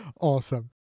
Awesome